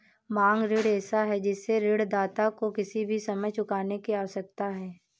मांग ऋण ऐसा है जिससे ऋणदाता को किसी भी समय चुकाने की आवश्यकता है